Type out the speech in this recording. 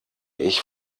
ich